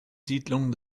siedlungen